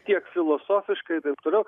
tiek filosofiškai taip toliau